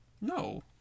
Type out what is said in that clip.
No